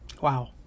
Wow